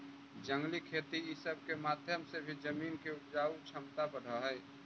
जंगली खेती ई सब के माध्यम से भी जमीन के उपजाऊ छमता बढ़ हई